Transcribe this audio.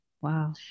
Wow